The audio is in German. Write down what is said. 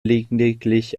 lediglich